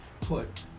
put